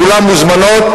כולן מזומנות,